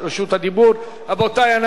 רבותי, אנחנו עוברים להצבעה.